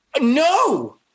No